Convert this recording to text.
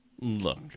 look